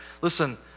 Listen